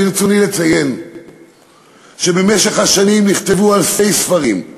ברצוני לציין שבמשך השנים נכתבו אלפי ספרים,